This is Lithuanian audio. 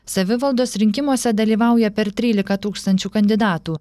savivaldos rinkimuose dalyvauja per trylika tūkstančių kandidatų